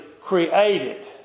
created